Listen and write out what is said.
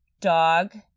Dog